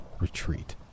retreat